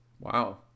Wow